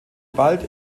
bald